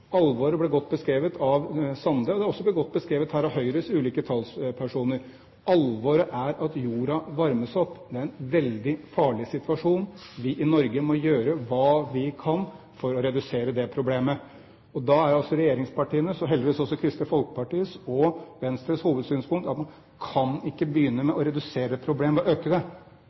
Alvoret ble godt beskrevet av Sande, og det er også godt beskrevet her av Høyres ulike talspersoner. Alvoret er at jorda varmes opp. Det er en veldig farlig situasjon. Vi i Norge må gjøre hva vi kan for å redusere det problemet. Og da er regjeringspartienes hovedsynspunkt – og heldigvis også Kristelig Folkepartis og Venstres – at man kan ikke begynne med å redusere et problem ved å øke det.